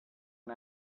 and